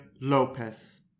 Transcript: Lopez